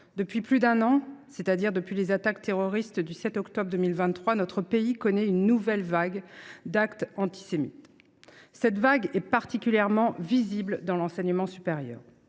Depuis plus d’un an, c’est à dire depuis les attaques terroristes du 7 octobre 2023, notre pays connaît une nouvelle vague d’actes antisémites, particulièrement visibles dans l’enseignement supérieur.